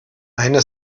eine